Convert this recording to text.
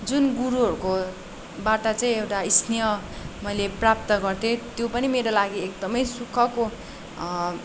जुन गुरुहरूकोबाट चाहिँ एउटा स्नेह मैले प्राप्त गर्थेँ त्यो पनि मेरो लागि एकदमै सुखको